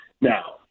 Now